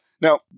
Now